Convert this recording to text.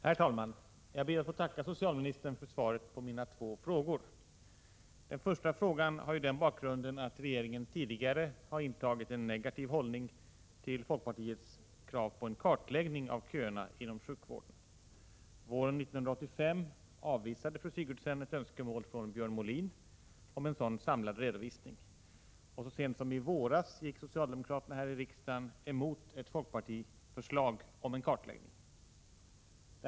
Herr talman! Jag ber att få tacka socialministern för svaret på mina två frågor. Den första frågan har sin bakgrund i att regeringen tidigare har intagit en negativ hållning till folkpartiets krav på en kartläggning av köerna inom sjukvården. Våren 1985 avvisade fru Sigurdsen ett önskemål från Björn Molin om en sådan samlad redovisning. Så sent som i våras gick socialdemokraterna här i riksdagen emot ett folkpartiförslag om en kartläggning.